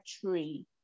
tree